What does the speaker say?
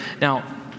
Now